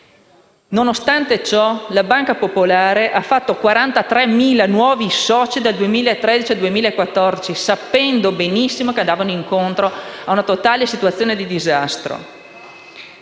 nonostante ciò, la Banca popolare di Vicenza ha fatto 43.000 nuovi soci dal 2013 al 2014, sapendo benissimo che andavano incontro ad una situazione di totale disastro.